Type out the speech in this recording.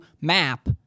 map